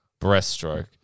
breaststroke